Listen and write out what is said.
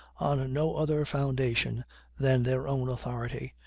on no other foundation than their own authority,